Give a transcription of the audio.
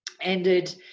ended